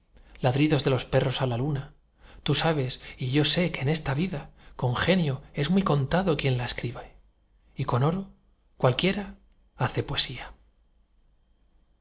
ladridos de los perros á la luna tú sabes y yo sé que en esta vida con genio es muy contado quien la escribe y con oro cualquiera hace poesía